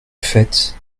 fait